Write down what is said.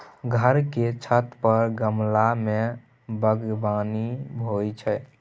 घर के छत पर गमला मे बगबानी होइ छै